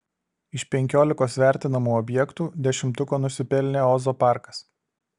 iš penkiolikos vertinamų objektų dešimtuko nusipelnė ozo parkas